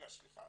סליחה,